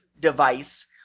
device